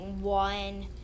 one